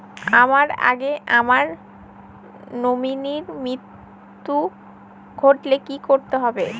আমার আগে আমার নমিনীর মৃত্যু ঘটলে কি করতে হবে?